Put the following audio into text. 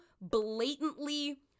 blatantly